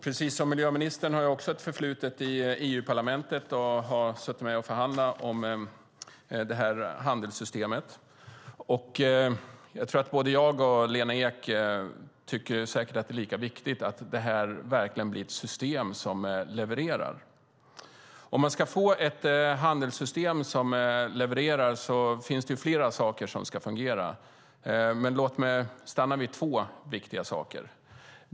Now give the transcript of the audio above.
Precis som miljöministern har jag också ett förflutet i EU-parlamentet och har varit med och förhandlat om det här handelssystemet. Jag tror att jag och Lena Ek tycker att det är lika viktigt att det här verkligen blir ett system som levererar. Om man ska få ett handelssystem som levererar är det flera saker som ska fungera, men låt mig stanna vid två viktiga saker.